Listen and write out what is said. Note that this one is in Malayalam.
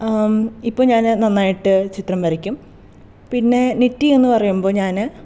ഇപ്പം ഞാൻ നന്നായിട്ട് ചിത്രം വരയ്ക്കും പിന്നെ നിറ്റി എന്ന് പറയുമ്പോൾ ഞാൻ